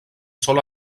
sol